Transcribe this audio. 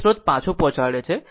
તે સ્રોત પાછું પહોંચાડે છે